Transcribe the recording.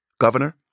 Governor